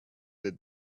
did